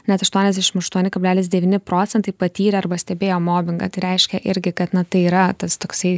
net aštuoniasdešim aštuoni kablelis devyni procentai patyrė arba stebėjo mobingą tai reiškia irgi kad na tai yra tas toksai